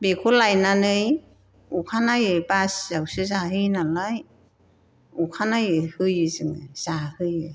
बेखौ लायनानै अखानायै बासियावसो जाहोयो नालाय अखा नायै होयो जोङो जाहोयो